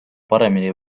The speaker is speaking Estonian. paremini